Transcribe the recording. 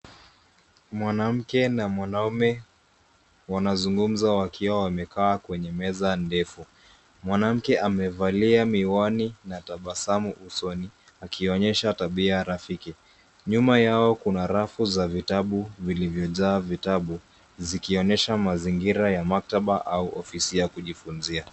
Mwanamke na mwanamume wanazungumza wakiwa wamekaa kwenye meza ndefu. Mwanamke amevalia miwani na tabasamu usoni, akionyesha tabia rafiki. Nyuma yao kuna rafu za vitabu vilivyojaa vitabu, zikionyesha mazingira ya maktaba au ofisi ya kujifunzia.